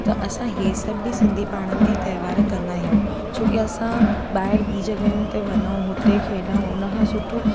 त असां हे सभु बि सिंधी पाण में त्योहारु कंदा आहियूं छोकी असां ॿाहिरि ॿी जॻहि ते वञूं हुते खेॾूं उन खां सुठो